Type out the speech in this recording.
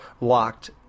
locked